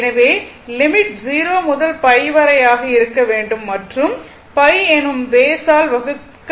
எனவே லிமிட் 0 முதல் π வரை ஆக இருக்க வேண்டும் மற்றும் π எனும் பேஸ் ஆல் வகுக்க பட வேண்டும்